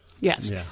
Yes